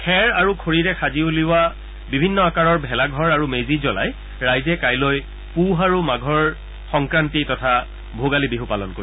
খেৰ আৰু খৰিৰে সাজি উলিওৱা বিভিন্ন আকাৰৰ ভেলাঘৰ আৰু মেজি জলাই ৰাইজে কাইলৈ পুহ আৰু মাঘৰ সংক্ৰান্তি তথা ভোগালী বিছ পালন কৰিব